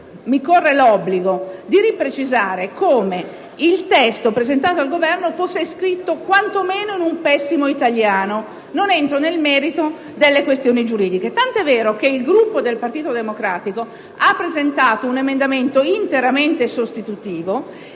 mi corre l'obbligo di precisare nuovamente come il testo presentato dal Governo sia scritto quanto meno in un pessimo italiano, e non entro nel merito delle questioni giuridiche. Per tale ragione, il Gruppo del Partito Democratico ha presentato un emendamento interamente sostitutivo,